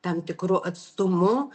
tam tikru atstumu